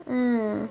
mm